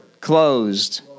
closed